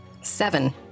Seven